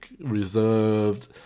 reserved